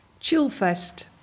Chillfest